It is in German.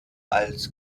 als